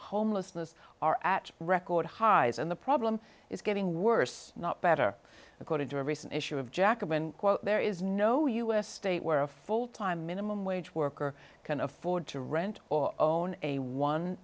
homelessness are at record highs and the problem is getting worse not better according to a recent issue of jacobin quote there is no us state where a full time minimum wage worker can afford to rent or own a one